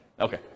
Okay